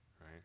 right